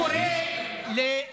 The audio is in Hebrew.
והוא קורא לטרנספר: